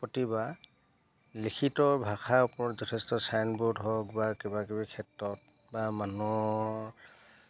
প্ৰতিবাৰ লিখিত ভাষাৰ ওপৰত যথেষ্ট চাইনবোৰ্ড হওক বা কিবা কিবি ক্ষেত্ৰত বা মানুহৰ